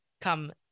come